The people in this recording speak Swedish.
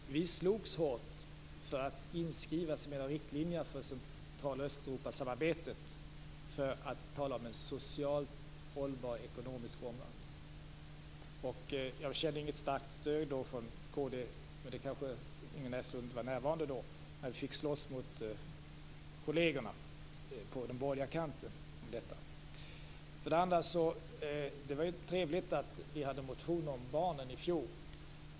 Fru talman! Vi slogs hårt för att inskriva, som en av riktlinjerna för Central och Östeuropasamarbetet, en socialt hållbar ekonomisk omvandling. Jag kände då inget starkt stöd från kd. Men Inger Näslund var kanske inte närvarande när vi fick slåss mot kollegerna på den borgerliga kanten om detta. Det var ju trevligt att det var en motion om barn i fjol.